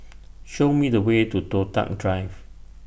Show Me The Way to Toh Tuck Drive